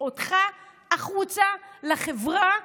אותך החוצה לחברה,